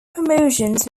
promotions